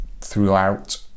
throughout